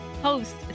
Host